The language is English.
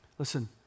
Listen